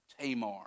Tamar